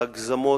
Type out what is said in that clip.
להגזמות,